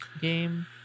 game